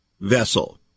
vessel